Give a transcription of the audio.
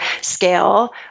scale